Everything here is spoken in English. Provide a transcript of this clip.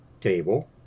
table